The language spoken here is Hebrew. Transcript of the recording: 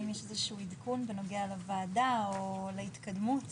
האם יש איזשהו עדכון בנוגע לוועדה או להתקדמות?